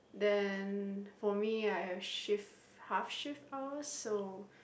then for me I have shift half shift hours so